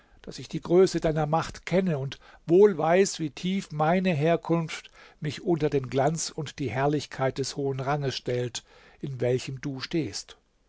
daß ich die größe deiner macht kenne und wohl weiß wie tief meine herkunft mich unter den glanz und die herrlichkeit des hohen ranges stellt in welchem du stehst